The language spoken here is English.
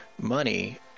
money